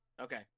Okay